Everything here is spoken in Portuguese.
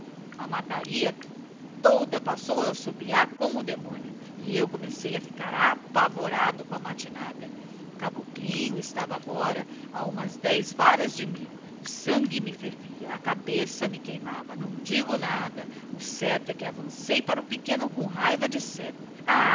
a mattaria toda passou a assobiar como demónio e eu comecei a ficar apavorado com a matinada o caboclinho estava agora a umas dez varas de mim o sangue me fervia a cabeça me queimava não digo nada o certo é que avancei para o pequeno com raiva de cego